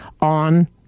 on